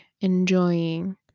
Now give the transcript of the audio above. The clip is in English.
enjoying